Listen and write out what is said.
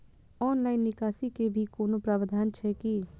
Online निकासी के भी कोनो प्रावधान छै की?